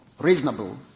reasonable